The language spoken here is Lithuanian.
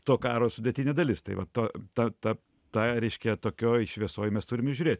to karo sudėtinė dalis tai va ta ta ta ta reiškia tokioj šviesoj mes turim įžiūrėt